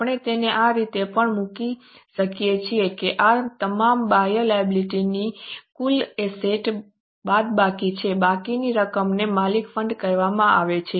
આપણે તેને આ રીતે પણ મૂકી શકીએ છીએ કે આ તમામ બાહ્ય લાયબિલિટી ની કુલ એસેટ્સ બાદબાકી છે બાકીની રકમને માલિક ફંડ કહેવામાં આવે છે